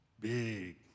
big